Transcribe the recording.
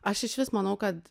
aš išvis manau kad